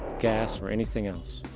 gas or anything else.